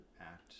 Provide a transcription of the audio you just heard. act